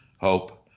hope